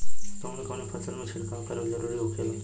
कवने कवने फसल में छिड़काव करब जरूरी होखेला?